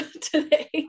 today